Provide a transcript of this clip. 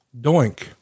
Doink